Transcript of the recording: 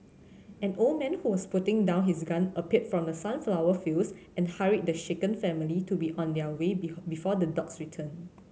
an old man who was putting down his gun appeared from the sunflower fields and hurried the shaken family to be on their way before the dogs return